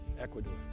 Ecuador